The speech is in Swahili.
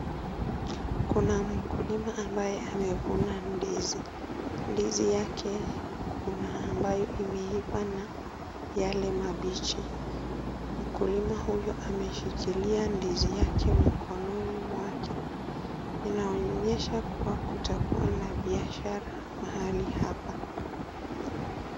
Kuna mkulima ambaye amevuna ndizi. Ndizi yake, kuna ambaye imeiva na yale mabichi. Mkulima huyu ameshikilia ndizi yake mkononi mwake, inaonyesha kuwa kutakuwa na biashara mahali hapa.